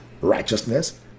righteousness